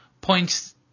points